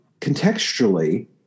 contextually –